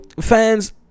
fans